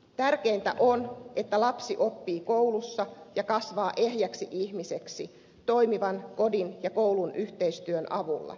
tärkeintä on että lapsi oppii koulussa ja kasvaa ehjäksi ihmiseksi toimivan kodin ja koulun yhteistyön avulla